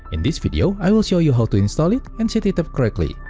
in this video, i will show you how to install it and set it up correctly,